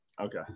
Okay